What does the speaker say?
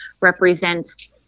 represents